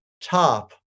top